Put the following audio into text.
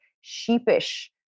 sheepish